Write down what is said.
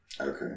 Okay